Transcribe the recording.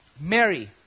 Mary